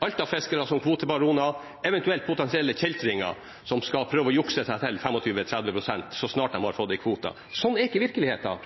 av fiskere som kvotebaroner, eventuelt potensielle kjeltringer som skal prøve å jukse til seg 25–30 pst. så snart de har fått en kvote. Sånn er ikke virkeligheten.